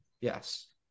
yes